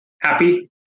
happy